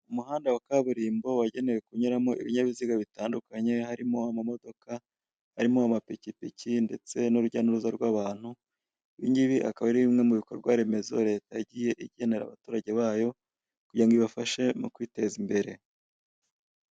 Umuhanda wa kaburimbo wagenewe kunyuramo ibinyabiziga bitandukanye harimo amamodoka, harimo amapikipiki ndetse n'urujya n'uruza rw'abantu, ibi ngibi akaba ari bimwe mu bikorwa remezo leta yageneye abaturage bayo kugira ngo ibafashe mu kwiteza imbere.